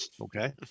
Okay